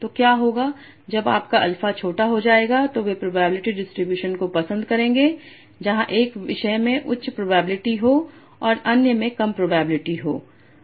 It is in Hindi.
तो क्या होगा जब आपका अल्फा छोटा हो जाएगा तो वे प्रोबेबिलिटी डिस्ट्रीब्यूशन को पसंद करेंगे जहां एक विषय में उच्च प्रोबेबिलिटी हो और अन्य में कम प्रोबेबिलिटी हो